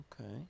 okay